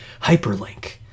Hyperlink